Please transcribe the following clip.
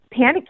panicking